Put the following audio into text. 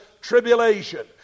tribulation